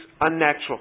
unnatural